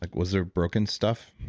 like was there broken stuff?